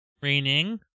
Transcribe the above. raining